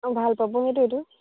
অঁ ভাল পাব সেইটোৱেটো